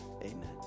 Amen